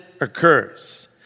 occurs